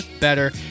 better